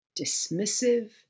dismissive